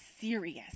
serious